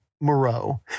moreau